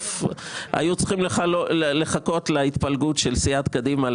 בסוף היו צריכים לחכות להתפלגות של סיעת קדימה.